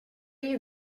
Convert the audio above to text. you